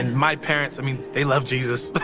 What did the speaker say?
and my parents, i mean, they love jesus.